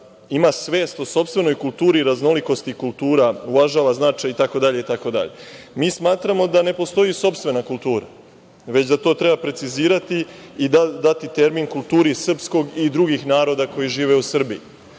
ima svest o sopstvenoj kulturi i raznolikosti kultura, uvažava značaj itd. Mi smatramo da ne postoji sopstvena kultura, već da to treba precizirati i dati termin kulturi srpskog i drugih naroda koji žive u